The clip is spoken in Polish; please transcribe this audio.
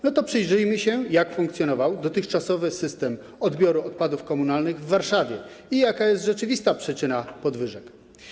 No to przyjrzyjmy się, jak funkcjonował dotychczasowy system odbioru odpadów komunalnych w Warszawie i jaka jest rzeczywista przyczyna podwyżek.